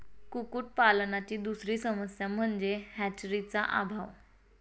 कुक्कुटपालनाची दुसरी समस्या म्हणजे हॅचरीचा अभाव